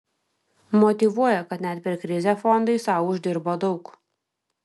motyvuoja kad net per krizę fondai sau uždirbo daug